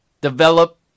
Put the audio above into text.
develop